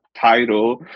title